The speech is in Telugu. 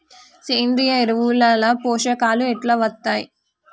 సేంద్రీయ ఎరువుల లో పోషకాలు ఎట్లా వత్తయ్?